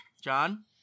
John